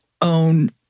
own